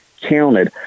counted